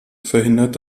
verhindert